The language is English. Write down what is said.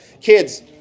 Kids